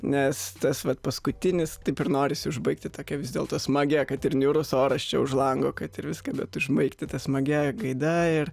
nes tas vat paskutinis taip ir norisi užbaigti tokia vis dėlto smagia kad ir niūrus oras čia už lango kad ir viską bet užbaigti ta smagia gaida ir